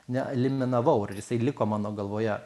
neeliminavau ir jisai liko mano galvoje